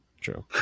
true